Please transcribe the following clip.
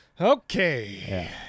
Okay